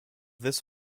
this